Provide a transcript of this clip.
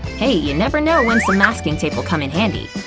hey, you never know when some masking tape will come in handy!